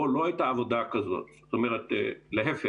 פה לא הייתה עבודה כזאת, זאת אומרת להיפך.